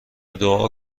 دعا